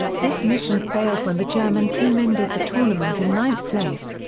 this mission failed when the german team ended the tournament in ninth place.